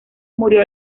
murió